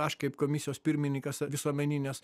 aš kaip komisijos pirmininkas visuomeninės